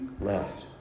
left